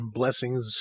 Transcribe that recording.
blessings